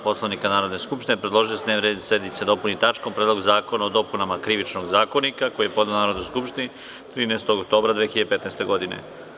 Poslovnika Narodne skupštine, predložio je da se dnevni red sednice dopuni tačkom – Predlog zakona o dopunama Krivičnog zakonika, koji je podneo Narodnoj skupštini 13. oktobra 2015. godine.